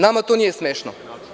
Nama to nije smešno.